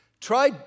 Try